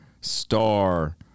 star